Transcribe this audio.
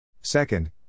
Second